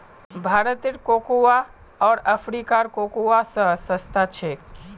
भारतेर कोकोआ आर अफ्रीकार कोकोआ स सस्ता छेक